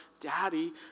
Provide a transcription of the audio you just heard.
Daddy